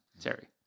Terry